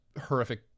horrific